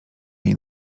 jej